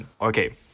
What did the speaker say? okay